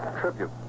tribute